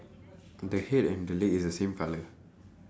the the head and the leg is the same colour